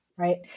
Right